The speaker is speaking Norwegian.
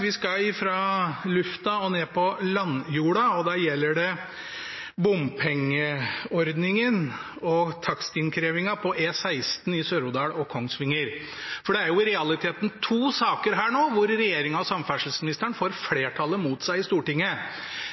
Vi skal fra lufta og ned på landjorda, og da gjelder det bompengeordningen og takstinnkrevingen på E16 i Sør-Odal og Kongsvinger. Det er i realiteten to saker her der regjeringen og samferdselsministeren får flertallet mot seg i Stortinget.